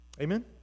Amen